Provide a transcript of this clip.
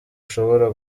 ushobora